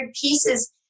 pieces